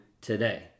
today